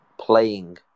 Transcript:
playing